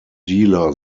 dealer